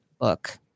book